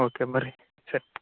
okay ಬನ್ರಿ ಸರಿ